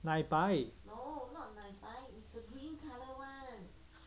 奶白